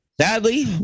Sadly